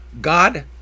God